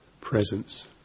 presence